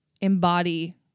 embody